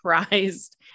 surprised